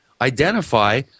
identify